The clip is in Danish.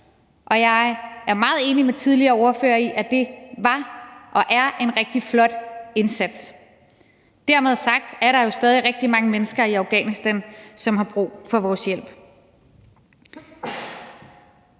og jeg er meget enig med tidligere ordførere i, at det var og er en rigtig flot indsats. Når det er sagt, er der jo stadig rigtig mange mennesker i Afghanistan, som har brug for vores hjælp.